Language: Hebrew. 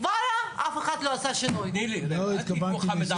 על הסעיף הקודם, אני לא התייחסתי אליו.